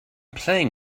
playing